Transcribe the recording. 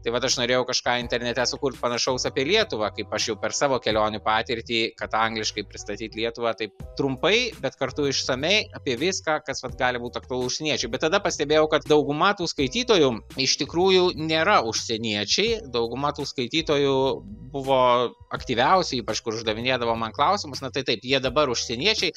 tai vat aš norėjau kažką internete sukurt panašaus apie lietuvą kaip aš jau per savo kelionių patirtį kad angliškai pristatyt lietuvą taip trumpai bet kartu išsamiai apie viską kas vat gali būt aktualu užsieniečiui bet tada pastebėjau kad dauguma tų skaitytojų iš tikrųjų nėra užsieniečiai dauguma tų skaitytojų buvo aktyviausi ypač kur uždavinėdavo man klausimus na tai taip jie dabar užsieniečiai